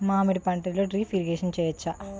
మామిడి పంటలో drip irrigation చేయచ్చా?